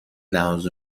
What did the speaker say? لحاظ